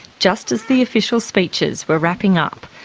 just as the official speeches were wrapping up,